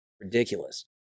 Ridiculous